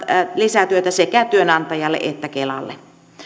lisätyötä sekä työnantajalle että kelalle